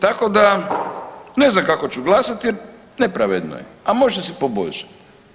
Tako da ne znam kako ću glasati, jer nepravedno je a može se poboljšati.